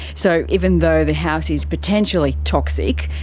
so even though the house is potentially toxic,